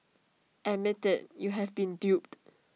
admit IT you have been duped